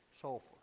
sulfur